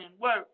work